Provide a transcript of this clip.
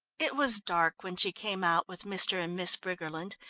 it was dark when she came out with mr. and miss briggerland,